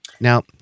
Now